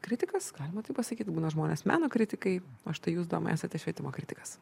kritikas galima taip pasakyt būna žmonės meno kritikai o štai jūs domai esate švietimo kritikas